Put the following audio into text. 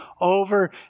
over